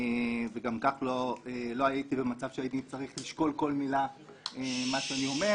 וגם כך לא הייתי במצב שהייתי צריך לשקול כל מילה ומה שאני אומר.